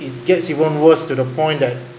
it gets even worse to the point that